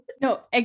no